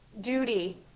duty